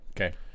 Okay